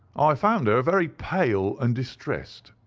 i found her very pale and distressed.